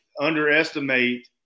underestimate